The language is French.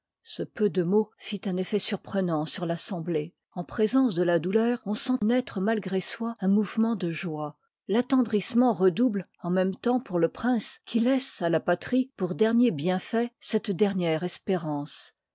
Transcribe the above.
e peu de mots fit un effet surprenant sur rassemblée en présence de la douleur on sent naîue malgré soi un mouvement de joie tattcndrissement redouble en même temps pour le prince qui laisse à la patrie pour dernier bienfait cette dernière espérance